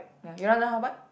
ya you want learn how bike